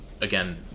again